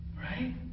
Right